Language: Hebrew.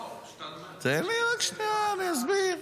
לא פשוט --- תן לי רק שנייה, אני אסביר.